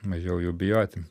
mažiau jų bijoti